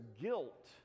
guilt